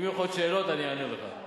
אם יהיו לך עוד שאלות אני אענה לך.